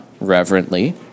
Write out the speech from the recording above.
reverently